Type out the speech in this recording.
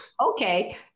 okay